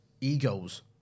egos